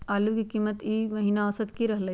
आलू के कीमत ई महिना औसत की रहलई ह?